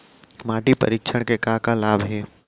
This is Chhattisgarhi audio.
माटी परीक्षण के का का लाभ हे?